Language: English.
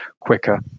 quicker